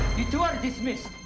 you two are dismissed,